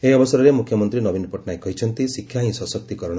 ଏହି ଅବସରରେ ମୁଖ୍ୟମନ୍ତୀ ନବୀନ ପଟ୍ଟନାୟକ କହିଛନ୍ତି ଶିକ୍ଷା ହି ସଶକ୍ତିକରଣ